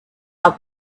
out